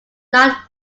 not